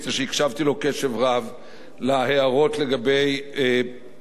להערות לגבי המשרד להגנת העורף,